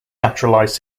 naturalized